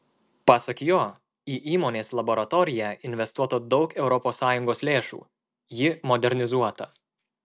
pasak jo į įmonės laboratoriją investuota daug europos sąjungos lėšų ji modernizuota